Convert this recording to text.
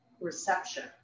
reception